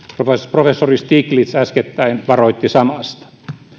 professori stiglitz äskettäin varoitti samasta